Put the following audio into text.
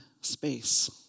space